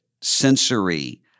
sensory